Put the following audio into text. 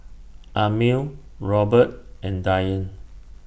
Amil Robert and Dyan